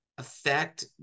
affect